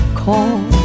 call